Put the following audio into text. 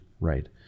Right